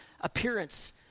appearance